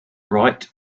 wright